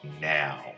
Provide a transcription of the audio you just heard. now